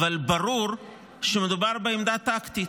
אבל ברור שמדובר בעמדה טקטית.